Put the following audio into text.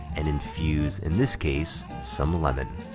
and infuse, in this case, some lemon.